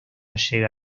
llega